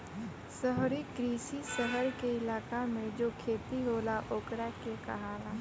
शहरी कृषि, शहर के इलाका मे जो खेती होला ओकरा के कहाला